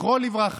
הבית.